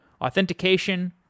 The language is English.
authentication